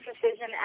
Precision